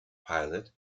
pilot